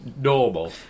Normal